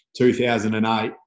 2008